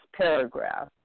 paragraph